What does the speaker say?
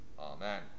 Amen